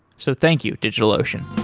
so thank you, digitalocean